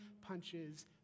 punches